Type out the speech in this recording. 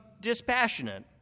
dispassionate